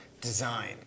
design